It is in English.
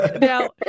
Now